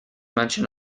mention